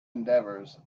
endeavors